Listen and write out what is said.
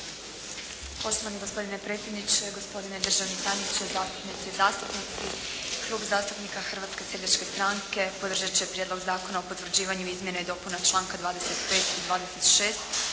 Poštovani gospodine predsjedniče, gospodine državni tajniče, zastupnice i zastupnici. Klub zastupnika Hrvatske seljačke stranke podržat će Prijedlog zakona o potvrđivanju izmjena i dopuna članka 25. i 26.